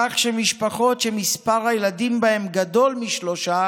כך שמשפחות שמספר הילדים בהן גדול משלושה